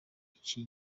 iki